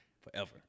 forever